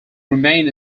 remain